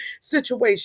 situation